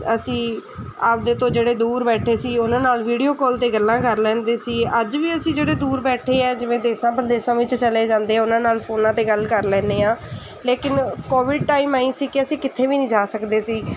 ਅਸੀਂ ਆਪਦੇ ਤੋਂ ਜਿਹੜੇ ਦੂਰ ਬੈਠੇ ਸੀ ਉਹਨਾਂ ਨਾਲ ਵੀਡੀਓ ਕਾਲ 'ਤੇ ਗੱਲਾਂ ਕਰ ਲੈਂਦੇ ਸੀ ਅੱਜ ਵੀ ਅਸੀਂ ਜਿਹੜੇ ਦੂਰ ਬੈਠੇ ਆ ਜਿਵੇਂ ਦੇਸ਼ਾਂ ਪਰਦੇਸਾਂ ਵਿੱਚ ਚਲੇ ਜਾਂਦੇ ਆ ਉਹਨਾਂ ਨਾਲ ਫੋਨਾਂ 'ਤੇ ਗੱਲ ਕਰ ਲੈਂਦੇ ਹਾਂ ਲੇਕਿਨ ਕੋਵਿਡ ਟਾਇਮ ਐਈਂ ਸੀ ਕਿ ਅਸੀਂ ਕਿਤੇ ਵੀ ਨਹੀਂ ਜਾ ਸਕਦੇ ਸੀ